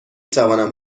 توانم